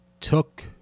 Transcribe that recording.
took